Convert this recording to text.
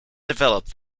developed